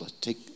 Take